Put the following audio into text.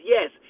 Yes